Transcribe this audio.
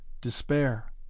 despair